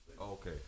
Okay